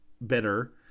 better